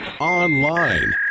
online